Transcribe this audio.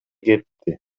кетти